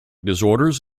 disorders